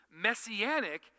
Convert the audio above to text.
messianic